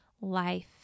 life